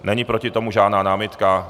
Není proti tomu žádná námitka?